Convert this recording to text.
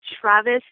Travis